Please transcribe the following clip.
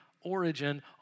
origin